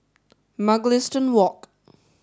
Mugliston Walk